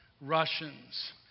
Russians